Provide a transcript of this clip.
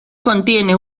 contiene